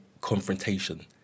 confrontation